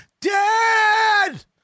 Dad